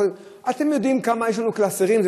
אתם יודעים כמה קלסרים יש לנו,